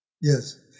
Yes